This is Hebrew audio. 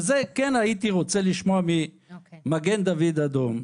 הייתי רוצה לשמוע ממגן דוד אדום: